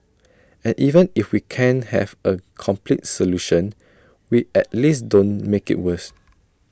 and even if we can't have A complete solution we at least don't make IT worse